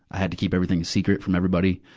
i had to keep everything a secret from everybody.